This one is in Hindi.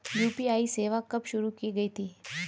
यू.पी.आई सेवा कब शुरू की गई थी?